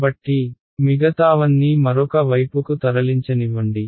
కాబట్టి మిగతావన్నీ మరొక వైపుకు తరలించనివ్వండి